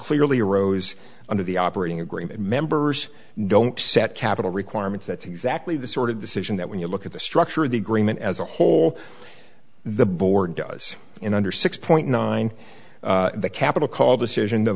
clearly arose under the operating agreement members don't set capital requirements that's exactly the sort of decision that when you look at the structure of the agreement as a whole the board does in under six point nine the capital call decision t